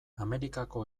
amerikako